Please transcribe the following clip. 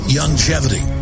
Longevity